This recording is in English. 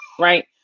Right